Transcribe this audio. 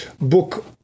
book